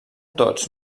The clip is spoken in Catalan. tots